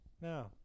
No